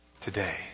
today